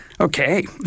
Okay